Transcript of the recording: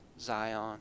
Zion